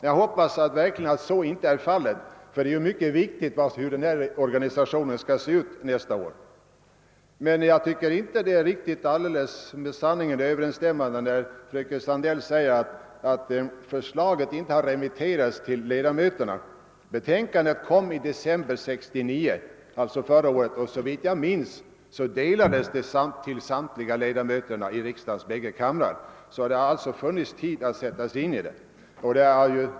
Jag hoppas verkligen att så inte är fallet. Det är ju mycket viktigt hurdan organisationen blir nästa år. Jag tycker inte heller att det är helt med sanningen överensstämmande när fröken Sandell säger att förslaget inte har remitterats till ledamöterna. Betänkandet lades fram i december förra året, och såvitt jag minns delades det då till samtliga ledamöter i riksdagens båda kamrar. Så nog har det funnits tid att tränga in i dessa frågor.